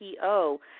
PO